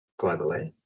globally